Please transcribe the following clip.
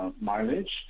mileage